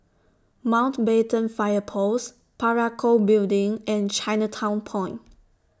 Mountbatten Fire Post Parakou Building and Chinatown Point